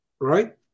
right